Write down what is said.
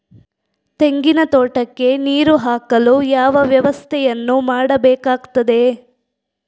ತೆಂಗಿನ ತೋಟಕ್ಕೆ ನೀರು ಹಾಕಲು ಯಾವ ವ್ಯವಸ್ಥೆಯನ್ನು ಮಾಡಬೇಕಾಗ್ತದೆ?